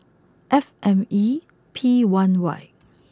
F M E P one Y